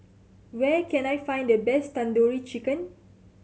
where can I find the best Tandoori Chicken